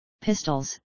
pistols